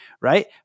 right